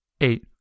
Eight